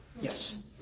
Yes